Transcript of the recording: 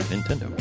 Nintendo